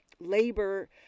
labor